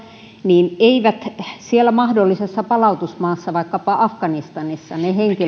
niin tuskinpa siellä mahdollisessa palautusmaassa vaikkapa afganistanissa ne henkilöt